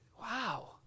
wow